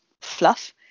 fluff